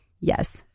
Yes